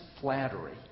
flattery